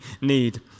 need